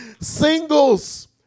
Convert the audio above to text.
Singles